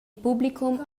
publicum